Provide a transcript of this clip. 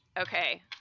Okay